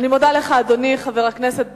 אני מודה לך, אדוני חבר הכנסת.